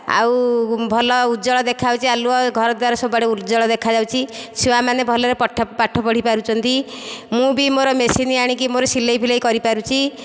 ଆଉ ଭଲ ଉଜ୍ଜଳ ଦେଖାଯାଉଛି ଆଲୁଅ ଘର ଦ୍ୱାର ସବୁଆଡ଼େ ଉଜ୍ଜଳ ଦେଖାଯାଉଛି ଛୁଆମାନେ ଭଲରେ ପାଠ ପାଠ ପଢ଼ିପାରୁଛନ୍ତି ମୁଁ ବି ମୋର ମେସିନ୍ ଆଣିକି ମୋର ସିଲେଇ ଫିଲେଇ କରି ପାରୁଛି